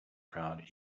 crowd